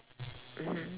mmhmm